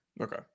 Okay